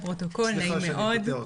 בבקשה אסנת, סליחה שקטעתי אותך.